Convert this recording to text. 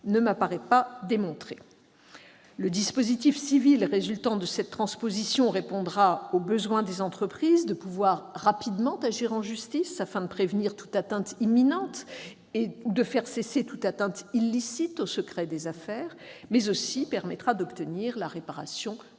ne me paraît pas démontrée. D'une part, le dispositif civil résultant de cette transposition répondra au besoin des entreprises de pouvoir agir rapidement en justice afin de prévenir toute atteinte imminente ou de faire cesser toute atteinte illicite au secret des affaires, mais permettra aussi d'obtenir la réparation intégrale